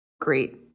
great